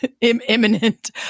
imminent